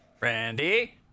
Randy